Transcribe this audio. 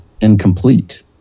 incomplete